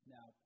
Now